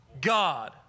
God